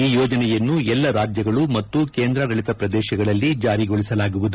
ಈ ಯೋಜನೆಯನ್ನು ಎಲ್ಲ ರಾಜ್ಯಗಳು ಮತ್ತು ಕೇಂದ್ರಾಡಳತ ಪ್ರದೇಶಗಳಲ್ಲಿ ಜಾರಿಗೊಳಿಸಲಾಗುವುದು